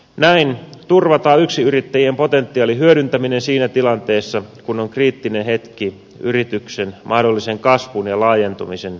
näin turvataan yksinyrittäjien potentiaalin hyödyntäminen siinä tilanteessa kun on kriittinen hetki yrityksen mahdollisen kasvun ja laajentumisen kannalta